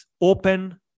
open